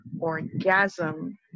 orgasm